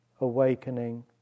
awakening